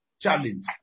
challenge